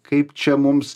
kaip čia mums